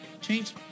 Change